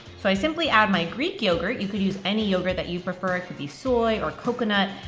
so i simply add my greek yogurt, you could use any yogurt that you prefer, it could be soy or coconut,